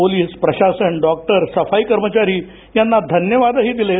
police प्रशासन doctors सफाई कर्मचारी यांना धन्यवाद ही दिलेत